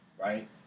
right